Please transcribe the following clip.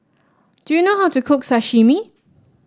do you know how to cook Sashimi